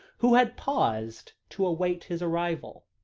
who had paused to await his arrival.